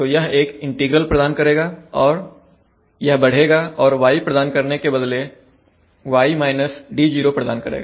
तो यह एक इंटीग्रल प्रदान करेगा यह बढ़ेगा और y प्रदान करने के बदले y d0 प्रदान करेगा